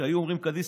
כשהיו אומרים קדיש,